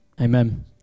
Amen